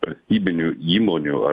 valstybinių įmonių ar